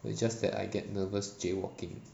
it's just that I get nervous jaywalking